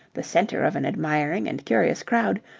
the centre of an admiring and curious crowd,